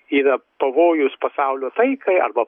yra pavojus pasaulio taikai arba